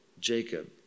Jacob